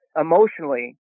emotionally